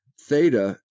Theta